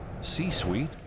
C-Suite